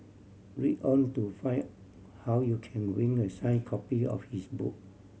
read on to find how you can win a sign copy of his book